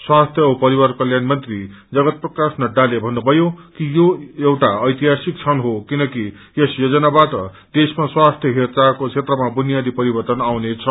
स्वास्यि औ परिवार कल्याण मंत्री जगत प्रकाश नड्डाले भन्मयो कि यो एउटा ऐतिहासिक क्षण हो किनकि यस योजनाबाट देशमा स्वास्थ्य हेरचाहको क्षेत्रमा बुनियादी परिवर्तन आउनेछ